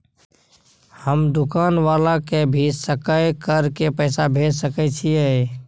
हम दुकान वाला के भी सकय कर के पैसा भेज सके छीयै?